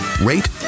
rate